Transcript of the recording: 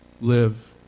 live